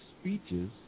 speeches